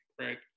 Right